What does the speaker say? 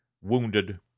Wounded